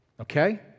Okay